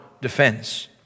defense